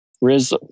Riz